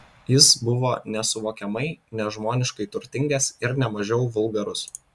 jis buvo nesuvokiamai nežmoniškai turtingas ir ne mažiau vulgarus